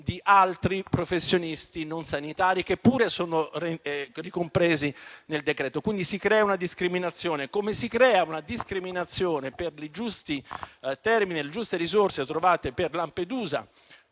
di altri professionisti non sanitari che pure sono ricompresi nel decreto, quindi si crea una discriminazione. Ugualmente, si crea una discriminazione per quanto riguarda le giuste risorse trovate per